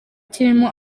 kirimo